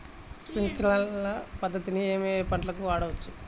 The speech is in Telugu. స్ప్రింక్లర్ పద్ధతిని ఏ ఏ పంటలకు వాడవచ్చు?